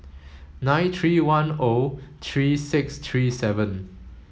nine three one O three six three seven